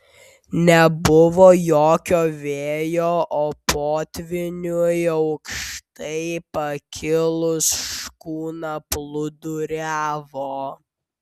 nebuvo jokio vėjo o potvyniui aukštai pakilus škuna plūduriavo